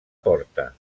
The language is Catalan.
porta